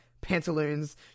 pantaloons